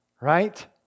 Right